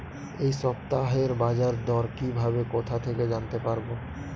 এই সপ্তাহের বাজারদর কিভাবে কোথা থেকে জানতে পারবো?